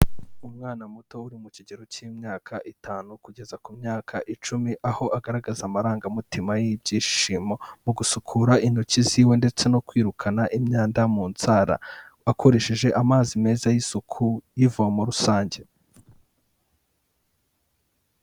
Umwana muto uri mu kigero k'imyaka itanu kugeza ku myaka icumi, aho agaragaza amarangamutima y'ibyishimo mu gusukura intoki ziwe ndetse no kwirukana imyanda mu nzara akoresheje amazi meza y'isuku, y'ivomo rusange.